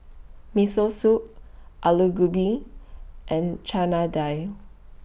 Miso Soup Alu Gobi and Chana Dal